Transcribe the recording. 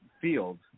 field